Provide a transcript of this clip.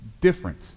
different